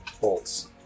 bolts